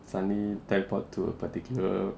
suddenly teleport to a particular